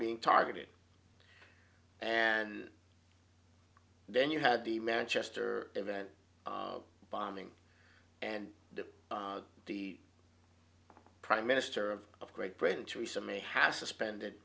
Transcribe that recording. being targeted and then you had the manchester event bombing and the the prime minister of great britain theresa may has suspended